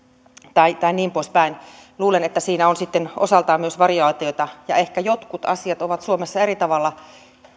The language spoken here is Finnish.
tai tai niin poispäin luulen että siinä on sitten osaltaan myös variaatiota ja ehkä jotkut asiat ovat suomessa eri tavalla